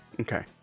Okay